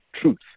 truth